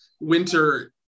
winter